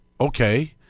okay